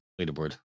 leaderboard